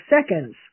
seconds